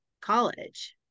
college